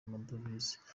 amadovize